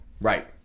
Right